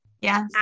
yes